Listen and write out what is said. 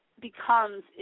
becomes